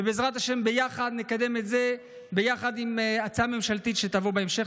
ובעזרת השם ביחד נקדם את זה עם הצעה ממשלתית שתבוא בהמשך.